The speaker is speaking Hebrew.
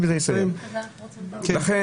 ובזה אסיים: לכן,